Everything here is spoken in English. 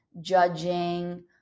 judging